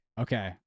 Okay